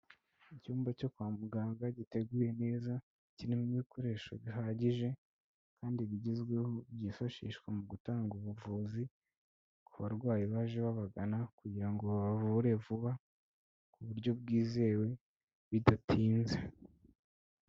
Icyumba cyo kwa muganga giteguye neza kirimo ibikoresho bihagije kandi bigezweho, byifashishwa mu gutanga ubuvuzi ku barwayi baje babagana kugira ngo babavure vuba ku buryo bwizewe bidatinze.